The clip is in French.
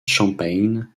champaign